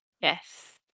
yes